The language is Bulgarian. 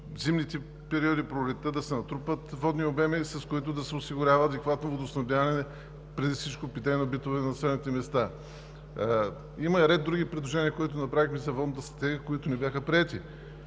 зимните периоди и през пролетта да се натрупват водни обеми, с които да се осигурява адекватно водоснабдяване – преди всичко питейно-битово, в населените места. Има и ред други предложения, които направихме за Водната стратегия, които не бяха приети.